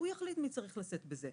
שהוא יחליט מי צריך לשאת בזה.